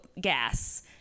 gas